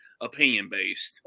opinion-based